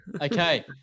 Okay